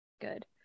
Good